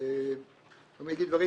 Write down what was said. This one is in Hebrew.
אגיד דברים